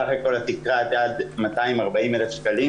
סך הכול התקרה הייתה עד 240,000 שקל,